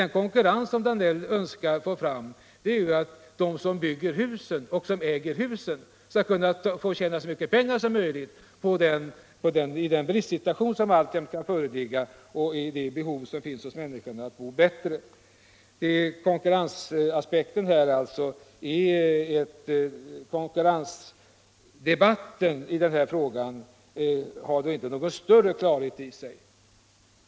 Den konkurrens som herr Danell önskar få fram går ut på att de som bygger och äger hus skall få tjäna så mycket pengar som möjligt i den bristsituation som alltjämt kan föreligga och med det behov som människorna har att bo bättre. Konkurrensdebatten i denna fråga kännetecknas då inte av någon större klarhet.